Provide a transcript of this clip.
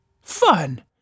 fun